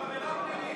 זאת עבירה פלילית.